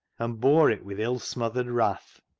and bore it with ill-smothered wrath.